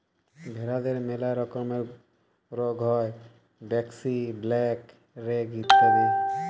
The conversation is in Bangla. ভেরাদের ম্যালা রকমের রুগ হ্যয় ব্র্যাক্সি, ব্ল্যাক লেগ ইত্যাদি